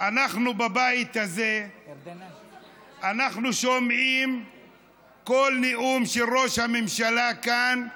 אנחנו בבית הזה שומעים בכל נאום של ראש הממשלה כאן,